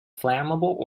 flammable